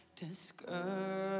discouraged